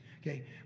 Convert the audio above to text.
okay